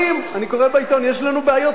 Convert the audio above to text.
אני קורא בעיתון: יש לנו בעיות תדמית,